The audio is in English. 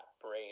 brain